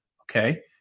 okay